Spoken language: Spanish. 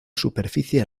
superficie